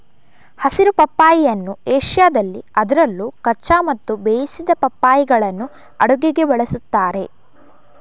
ಹಸಿರು ಪಪ್ಪಾಯಿಯನ್ನು ಏಷ್ಯಾದಲ್ಲಿ ಅದರಲ್ಲೂ ಕಚ್ಚಾ ಮತ್ತು ಬೇಯಿಸಿದ ಪಪ್ಪಾಯಿಗಳನ್ನು ಅಡುಗೆಗೆ ಬಳಸುತ್ತಾರೆ